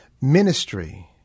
ministry